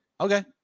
Okay